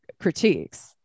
critiques